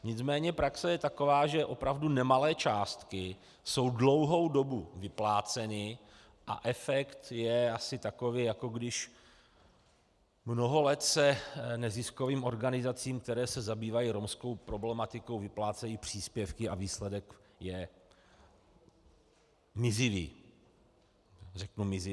Nicméně praxe je taková, že opravdu nemalé částky jsou dlouhou dobu vypláceny a efekt je asi takový, jako když mnoho let se neziskovým organizacím, které se zabývají romskou problematikou, vyplácejí příspěvky a výsledek je mizivý...